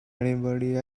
anybody